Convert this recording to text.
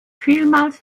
vielmals